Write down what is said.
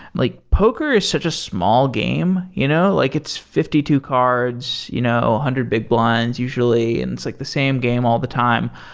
like poker is such a small game. you know like it's fifty two cards, a you know hundred big blinds usually, and it's like the same game all the time.